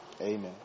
Amen